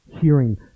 hearing